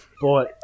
boy